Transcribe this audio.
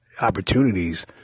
opportunities